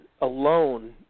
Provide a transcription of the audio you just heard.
alone